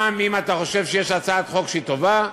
גם אם אתה חושב שיש הצעת חוק שהיא טובה --- יאללה,